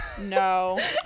no